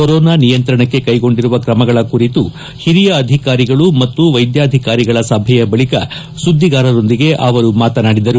corona ನಿಯಂತ್ರಣಕ್ಕೆ ಕೈಗೊಂಡಿರುವ ಕ್ರಮಗಳ ಕುರಿತು ಹಿರಿಯ ಅಧಿಕಾರಿಗಳು ಮತ್ತು ವೈದ್ಧಾಧಿಕಾರಿಗಳ ಸಭೆಯ ಬಳಕ ಸುದ್ದಿಗಾರರೊಂದಿಗೆ ಅವರು ಮಾತನಾಡಿದರು